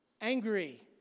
angry